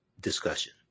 discussion